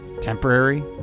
temporary